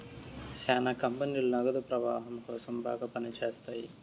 శ్యానా కంపెనీలు నగదు ప్రవాహం కోసం బాగా పని చేత్తాయి